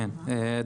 כן,